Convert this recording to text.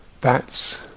bats